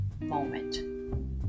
moment